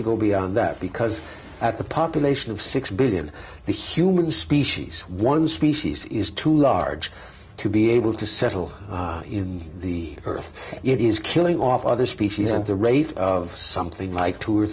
to go beyond that because at the population of six billion the human species one species is too large to be able to settle in the earth it is killing off other species at the rate of something like two or